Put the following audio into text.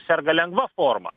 serga lengva forma